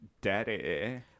Daddy